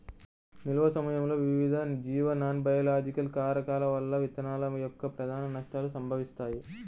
నిల్వ సమయంలో వివిధ జీవ నాన్బయోలాజికల్ కారకాల వల్ల విత్తనాల యొక్క ప్రధాన నష్టాలు సంభవిస్తాయి